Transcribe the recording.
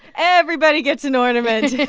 everybody gets an ornament